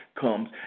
comes